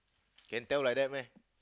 can tell like that meh